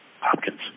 Hopkins